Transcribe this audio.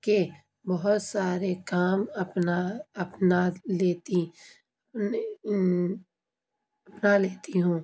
کے بہت سارے کام اپنا اپنا لیتی اپنا لیتی ہوں